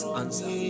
answer